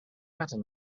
matter